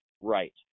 right